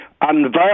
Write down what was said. unveiled